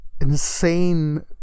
insane